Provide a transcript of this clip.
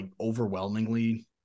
overwhelmingly